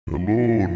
Hello